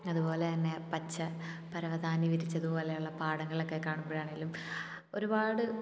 അതുപോലെ തന്നെ പച്ച പരവതാനി വിരിച്ചതുപോലെയുള്ള പാടങ്ങളൊക്കെ കാണുമ്പോഴാണേലും ഒരുപാട്